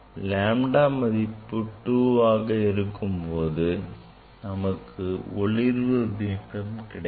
lambda மதிப்பு 2ஆக இருக்கும்போது நமக்கு ஒளிர்வு பிம்பம் கிடைக்கும்